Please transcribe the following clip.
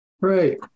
Right